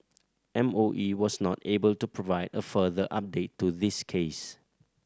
M O E was not able to provide a further update to this case